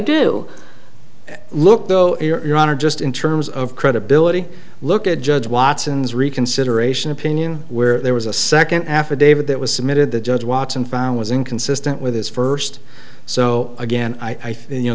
do look though iran or just in terms of credibility look at judge watson's reconsideration opinion where there was a second affidavit that was submitted that judge watson found was inconsistent with his first so again i think you know